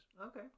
Okay